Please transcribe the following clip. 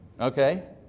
okay